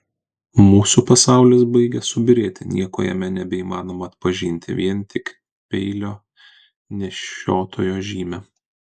mūsų pasaulis baigia subyrėti nieko jame nebeįmanoma atpažinti vien tik peilio nešiotojo žymę